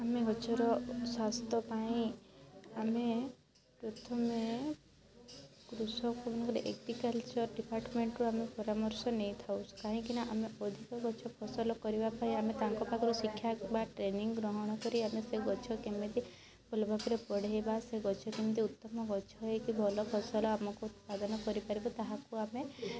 ଆମେ ଗଛ ର ସ୍ଵାସ୍ଥ୍ୟ ପାଇଁ ଆମେ ପ୍ରଥମେ କୃଷକ ଏଗ୍ରିକଲଚର୍ ଡିପାଟମେଣ୍ଟ୍ ରୁ ଆମେ ପରାମର୍ଶ ନେଇଥାଉ କାହିଁକିନା ଆମେ ଅଧିକ ଗଛ ଫସଲ କରିବା ପାଇଁ ଆମେ ତାଙ୍କ ପାଖରୁ ଶିକ୍ଷା କିମ୍ବା ଟ୍ରେନିଙ୍ଗ୍ ଗ୍ରହଣ କରି ଆମେ ସେ ଗଛ କେମିତି ଭଲ ଭାବରେ ବଢ଼ାଇବା ସେ ଗଛ କେମିତି ଉତ୍ତମ ଗଛ ହେଇକି ଭଲ ଫସଲ ଆମକୁ ଉତ୍ପାଦନ କରି ପାରିବ ତାହାକୁ ଆମେ